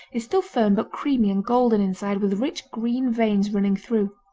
is still firm but creamy and golden inside with rich green veins running through.